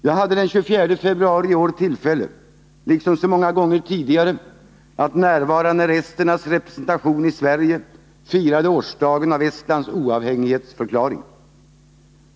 Jag hade den 24 februari i år tillfälle att — liksom så många gånger tidigare — närvara när esternas representation i Sverige firade årsdagen av Estlands oavhängighetsförklaring.